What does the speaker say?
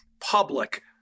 public